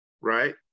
right